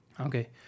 Okay